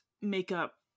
makeup